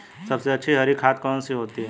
सबसे अच्छी हरी खाद कौन सी होती है?